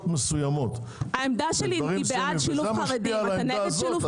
מסוימות בדברים מסוימים וזה משפיע על העמדה הזאת,